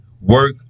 work